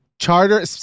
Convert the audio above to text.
Charter